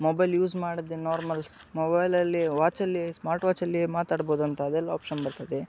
mobile use ಮಾಡದೆ normal ಮೊಬೈಲಲ್ಲಿ ವಾಚಲ್ಲಿ ಸ್ಮಾರ್ಟ್ ವಾಚಲ್ಲಿ ಮಾತಡ್ಬೋದಂತ ಅದೆಲ್ಲ ಆಪ್ಷನ್ ಬರ್ತದೆ